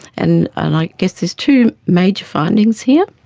and and i guess there's two major findings here.